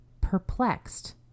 perplexed